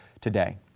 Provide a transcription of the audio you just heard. today